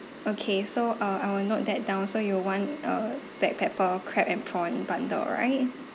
okay so uh I will note that down so you want uh black pepper crab and prawn bundle right